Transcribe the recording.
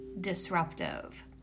disruptive